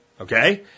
okay